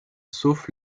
sauf